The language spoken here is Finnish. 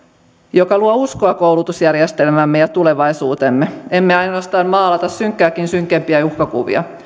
joka luo uskoa koulutusjärjestelmäämme ja tulevaisuuteemme emme ainoastaan maalaa synkkääkin synkempiä uhkakuvia